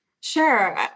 Sure